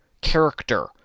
character